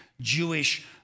Jewish